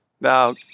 Now